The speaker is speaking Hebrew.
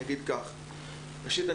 ראשית,